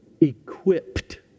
Equipped